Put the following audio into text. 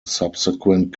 subsequent